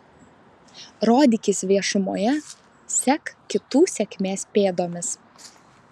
rodykis viešumoje sek kitų sėkmės pėdomis